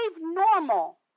normal